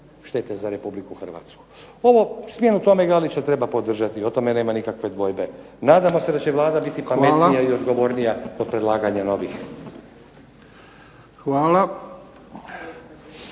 štete za Republiku Hrvatsku. Smjenu Tome Galića treba podržati, o tome nema nikakve dvojbe. Nadamo se da će Vlada biti pametnija i odgovornija kod predlaganja novih.